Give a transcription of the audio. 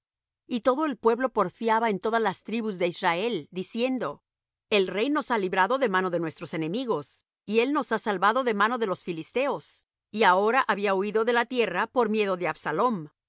y todo el pueblo porfiaba en todas las tribus de israel diciendo el rey nos ha librado de mano de nuestros enemigos y él nos ha salvado de mano de los filisteos y ahora había huído de la tierra por miedo de abaslom y absalom